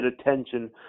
attention